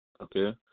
okay